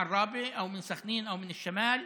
מעראבה או מסח'נין או מן שמאל,